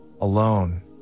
alone